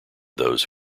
those